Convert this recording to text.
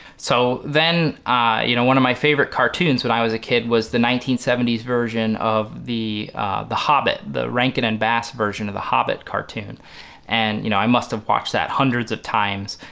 so then you know one of my favorite cartoons when i was a kid was the nineteen seventy s version of the the hobbit. the rankin and bass version of the hobbit cartoon and you know i must have watched that hundreds of times.